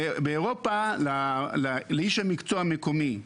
באירופה לאיש המקצוע המקומי,